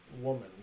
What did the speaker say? woman